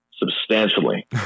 Substantially